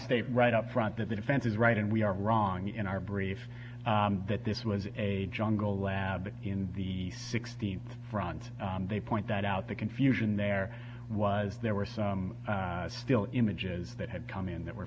state right up front that the defense is right and we are wrong in our brief that this was a jungle lab in the sixteenth front they point that out the confusion there was there were still images that had come in that were